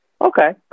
okay